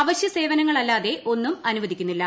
അവശ്യ സേവനങ്ങളല്ലാതെ ഒന്നും അനുവദിക്കുന്നില്ല